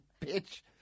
bitch